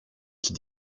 qui